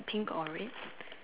pink or red